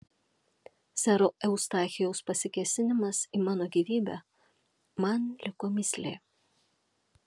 sero eustachijaus pasikėsinimas į mano gyvybę man liko mįslė